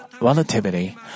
relativity